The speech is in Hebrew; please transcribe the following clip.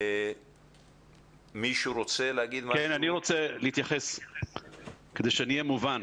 אני רוצה להתייחס כדי שאני אהיה מובן.